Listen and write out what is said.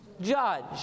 Judge